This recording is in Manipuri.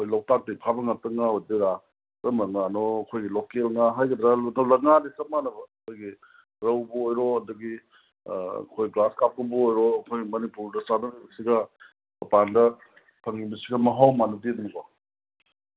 ꯑꯣ ꯂꯣꯛꯇꯥꯛꯇꯒꯤ ꯐꯥꯕ ꯉꯥꯛꯇꯅ ꯉꯥ ꯑꯣꯏꯗꯣꯏꯔꯥ ꯀꯔꯝꯕ ꯉꯥꯅꯣ ꯑꯩꯈꯣꯏꯒꯤ ꯂꯣꯛꯀꯦꯜ ꯉꯥ ꯍꯥꯏꯒꯗ꯭ꯔꯥ ꯉꯥꯗꯤ ꯆꯞ ꯃꯥꯟꯅꯕ ꯑꯩꯈꯣꯏꯒꯤ ꯔꯪꯕꯨ ꯑꯣꯏꯔꯣ ꯑꯗꯒꯤ ꯑꯩꯈꯣꯏ ꯒ꯭ꯔꯥꯁ ꯀꯥꯞ ꯀꯨꯝꯕ ꯑꯣꯏꯔꯣ ꯑꯩꯈꯣꯏꯅ ꯃꯅꯤꯄꯨꯔꯗ ꯆꯥꯕꯝꯁꯤꯗ ꯃꯄꯥꯟꯗ ꯐꯪꯉꯤꯕꯁꯤꯒ ꯃꯍꯥꯎ ꯃꯥꯟꯅꯗꯦꯗꯅꯀꯣ